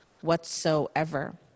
whatsoever